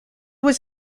was